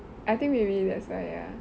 I think maybe that's why ya